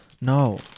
no